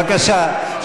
בבקשה,